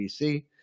BC